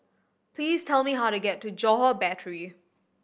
please tell me how to get to Johore Battery